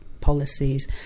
policies